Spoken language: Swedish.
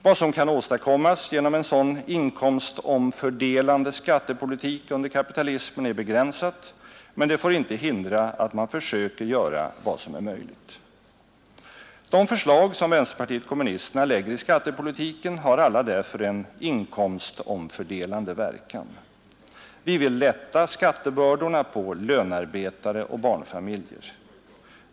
Vad som kan åstadkommas genom en sådan inkomstomfördelande skattepolitik under kapitalismen är begränsat, men det får inte hindra att man försöker göra vad som är möjligt. De förslag som vänsterpartiet kommunisterna lägger i skattepolitiken har alla därför en inkomstomfördelande verkan. Vi vill lätta skattebördorna på lönarbetare och barnfa miljer.